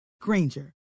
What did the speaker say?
Granger